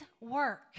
work